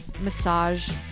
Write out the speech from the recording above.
massage